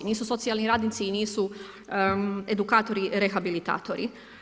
Nisu socijalni radnici i nisu edukatori, rehabilitatori.